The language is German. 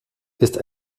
ist